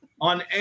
on